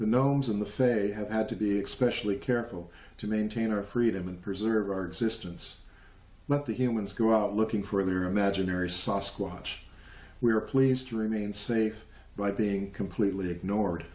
face have had to be expression careful to maintain our freedom and preserve our existence but the humans go out looking for their imaginary sauce watch we are pleased to remain safe by being completely ignored